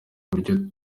uburyo